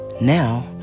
Now